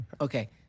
Okay